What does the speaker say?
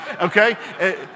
okay